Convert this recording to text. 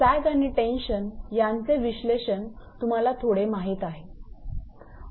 sag आणि tension यांचे विश्लेषण तुम्हाला थोडे माहित आहे